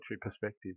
perspective